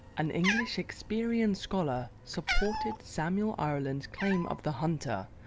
an english shakespearean scholar, supported samuel ireland's claim of the hunter,